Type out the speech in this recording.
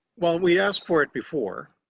well, we asked for it before.